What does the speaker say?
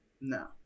No